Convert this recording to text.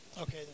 Okay